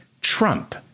Trump